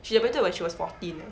she debuted when she was fourteen leh